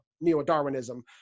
neo-Darwinism